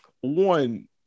one